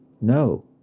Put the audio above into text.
No